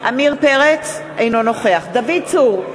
אינו נוכח דוד צור,